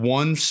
one